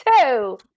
two